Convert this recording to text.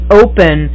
open